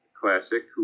classic